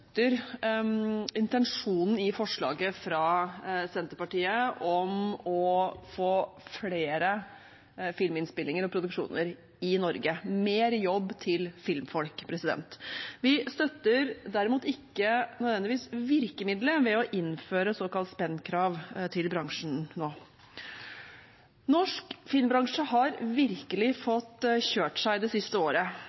intensjonen i forslaget fra Senterpartiet om å få flere filminnspillinger og produksjoner i Norge, mer jobb til filmfolk. Vi støtter derimot ikke nødvendigvis virkemiddelet med å innføre såkalt spendkrav til bransjen nå. Norsk filmbransje har virkelig